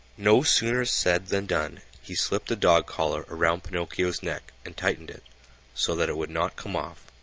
no sooner said than done. he slipped a dog collar around pinocchio's neck and tightened it so that it would not come off.